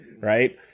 right